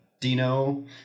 Dino